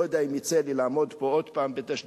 לא יודע אם יצא לי לעמוד פה עוד פעם בתשדיר